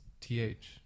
th